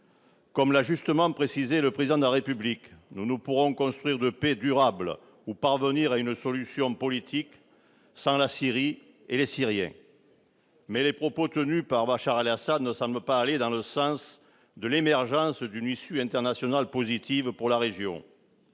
Comme l'a justement précisé le Président de la République, nous ne pourrons construire de paix durable ou parvenir à une solution politique sans la Syrie et les Syriens. Mais les propos tenus par Bachar al-Assad ne semblent pas aller dans le sens de l'émergence d'une issue internationale positive pour la région.